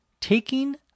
Taking